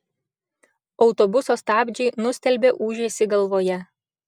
autobuso stabdžiai nustelbė ūžesį galvoje